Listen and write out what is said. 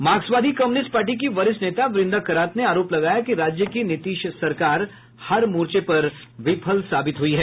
मार्क्सवादी communist party की वरिष्ठ नेता वृंदा करात ने आरोप लगाया कि राज्य की नीतीश सरकार हर मोर्चे पर विफल साबित हुई है